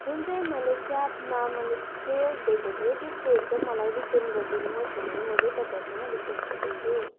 जुन चाहिँ मैले क्याबमा मैले फेयर दिएको थिएँ त्यो फेयर चाहिँ मलाई रिटर्न गरिदिनुहोस् भनेर म चाहिँ तपाईँहरूसँग रिक्वेस्ट गर्दैछु